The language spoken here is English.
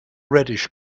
reddish